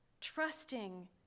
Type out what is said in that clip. trusting